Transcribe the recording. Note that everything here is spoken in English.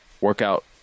workout